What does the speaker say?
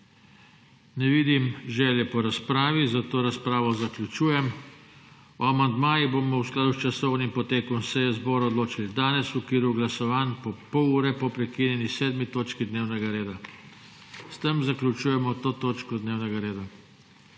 Ne vidim želje po razpravi. Zato razpravo zaključujem. O amandmajih bomo v skladu s časovnim potekom seje zbora odločali danes v okviru glasovanj, pol ure po prekinjeni 7. točki dnevnega reda. S tem zaključujemo to točko dnevnega reda.